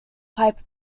pipe